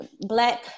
black